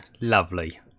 Lovely